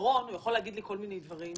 שבמסדרון הוא יכול להגיד לי כל מיני דברים.